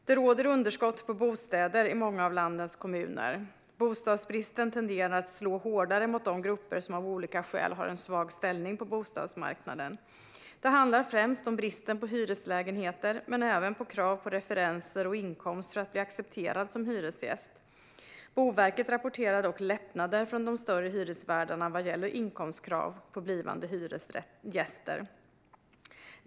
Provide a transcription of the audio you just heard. Det råder underskott på bostäder i många av landets kommuner. Bostadsbristen tenderar att slå hårdare mot de grupper som av olika skäl har en svag ställning på bostadsmarknaden. Det handlar främst om bristen på hyreslägenheter men även om krav på referenser och inkomst för att bli accepterad som hyresgäst. Boverket rapporterar dock lättnader från de större hyresvärdarna vad gäller inkomstkrav på blivande hyresgäster.